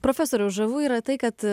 profesoriau žavu yra tai kad